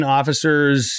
officers